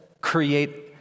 create